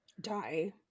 die